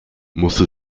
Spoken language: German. musste